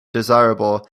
desirable